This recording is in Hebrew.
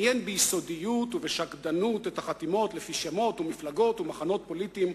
מיין ביסודיות ובשקדנות את החתימות לפי שמות ומפלגות ומחנות פוליטיים,